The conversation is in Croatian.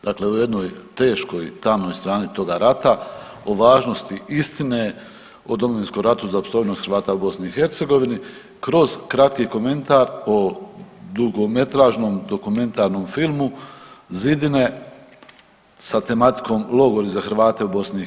Dakle u jednoj teškoj, tamnoj strani toga rata, o važnosti istine o Domovinskom ratu za opstojnost Hrvata u BiH, kroz kratki komentar o dugometražnom dokumentarnom filmu Zidine, sa tematikom logori za Hrvate u BiH.